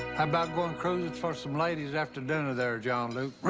about going cruising for some ladies after dinner there, john luke?